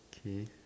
he